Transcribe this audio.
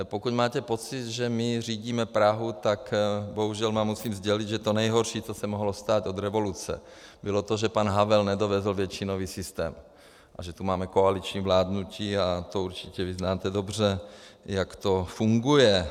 Pokud máte pocit, že my řídíme Prahu, tak bohužel vám musím sdělit, že to nejhorší, co se mohlo stát od revoluce, bylo to, že pan Havel nedovezl většinový systém a že tu máme koaliční vládnutí, a určitě znáte dobře, jak to funguje.